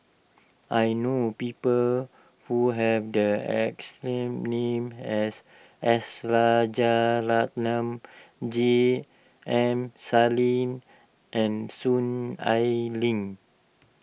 I know people who have the exact name as S Rajaratnam J M Sali and Soon Ai Ling